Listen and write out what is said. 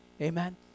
Amen